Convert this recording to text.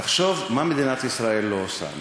תחשוב מה מדינת ישראל לא עושה.